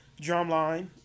Drumline